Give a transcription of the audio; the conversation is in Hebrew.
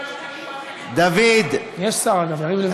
דוד, דוד, יש שר, אגב, יריב לוין.